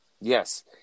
Yes